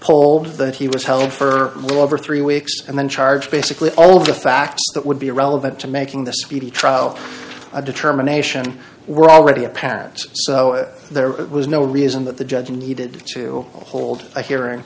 told that he was held for well over three weeks and then charged basically all of the facts that would be relevant to making the speedy trial a determination were already apparent so there was no reason that the judge needed to hold a hearing